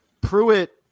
Pruitt